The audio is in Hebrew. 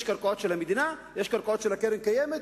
יש קרקעות של המדינה, יש קרקעות של הקרן הקיימת.